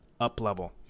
Uplevel